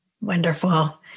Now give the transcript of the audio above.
Wonderful